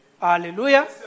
Hallelujah